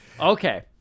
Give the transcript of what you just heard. Okay